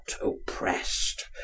oppressed